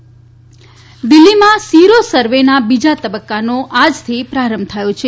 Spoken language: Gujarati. સીરો સર્વે દિલ્હીમાં સીરો સર્વેના બીજા તબક્કાનો આજથી પ્રારંભ થયો છે